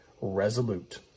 resolute